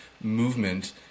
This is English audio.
movement